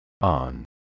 on